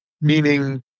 meaning